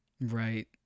Right